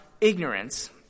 ignorance